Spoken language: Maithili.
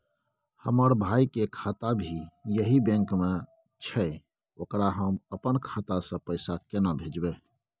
हमर भाई के खाता भी यही बैंक में छै ओकरा हम अपन खाता से पैसा केना भेजबै?